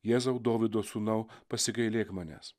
jėzau dovydo sūnau pasigailėk manęs